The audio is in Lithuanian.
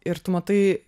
ir tu matai